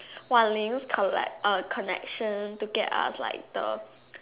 Wan-Ling's collect uh connection to get us like the